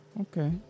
Okay